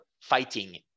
fighting